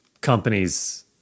companies